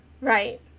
Right